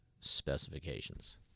specifications